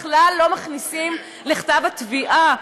בכלל לא מכניסים לכתב התביעה.